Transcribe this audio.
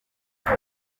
kigo